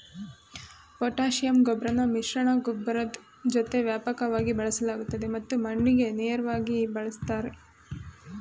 potassium ಗೊಬ್ರನ ಮಿಶ್ರಗೊಬ್ಬರದ್ ಜೊತೆ ವ್ಯಾಪಕವಾಗಿ ಬಳಸಲಾಗ್ತದೆ ಮತ್ತು ಮಣ್ಣಿಗೆ ನೇರ್ವಾಗಿ ಬಳುಸ್ತಾರೆ